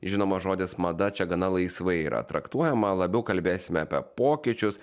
žinoma žodis mada čia gana laisvai yra traktuojama labiau kalbėsime apie pokyčius